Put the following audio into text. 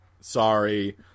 Sorry